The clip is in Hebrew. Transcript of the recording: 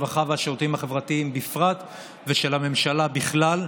הרווחה והשירותים החברתיים בפרט ושל הממשלה בכלל.